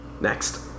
Next